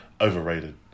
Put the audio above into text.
overrated